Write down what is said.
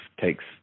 takes